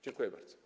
Dziękuję bardzo.